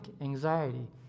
anxiety